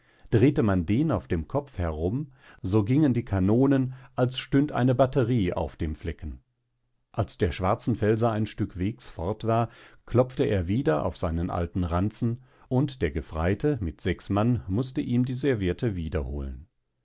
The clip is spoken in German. drehte man den auf dem kopf herum so gingen die canonen als stünd eine batterie auf dem flecken als der schwarzenfelser ein stück wegs fort war klopfte er wieder auf seinen alten ranzen und der gefreite mit sechs mann mußte ihm die serviette